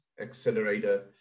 accelerator